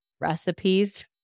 recipes